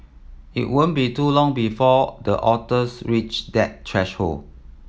it won't be too long before the otters reach that threshold